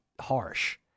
harsh